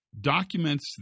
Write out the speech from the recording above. documents